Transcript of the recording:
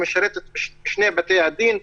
שמשרתת את שני בתי הדין,